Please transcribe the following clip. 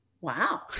Wow